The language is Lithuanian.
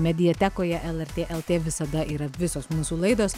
mediatekoje lrt lt visada yra visos mūsų laidos